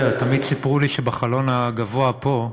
לא יודע, תמיד סיפרו לי שבחלון הגבוה פה.